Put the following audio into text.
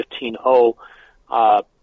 15.0